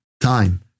time